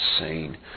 insane